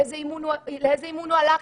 לאיזה אימון הוא הלך,